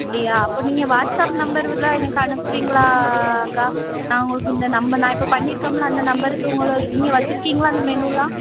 அப்படியா அப்போ நீங்கள் வாட்ஸப் நம்பரில் எனக்கு அனுப்புவீங்களாக்கா நான் உங்களுக்கு இந்த நம்ம நான் இப்போ பண்ணியிருக்கேன்ல அந்த நம்பருக்கு உங்களை நீங்கள் வைச்சிருக்கீங்களா அந்த மெனுலாம்